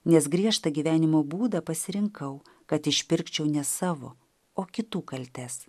nes griežtą gyvenimo būdą pasirinkau kad išpirkčiau ne savo o kitų kaltes